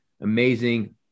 amazing